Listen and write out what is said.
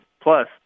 plus